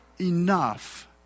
enough